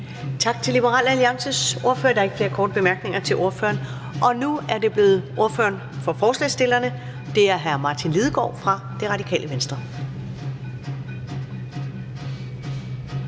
Tak til Liberal Alliances ordfører. Der er ikke flere korte bemærkninger til ordføreren. Og nu er det blevet tid til ordføreren for forslagsstillerne, hr. Martin Lidegaard fra Det Radikale Venstre.